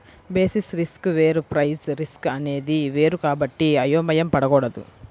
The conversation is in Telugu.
బేసిస్ రిస్క్ వేరు ప్రైస్ రిస్క్ అనేది వేరు కాబట్టి అయోమయం పడకూడదు